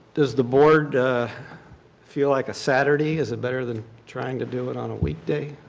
does the board feel like a saturday? is it better than trying to do it on a weekday?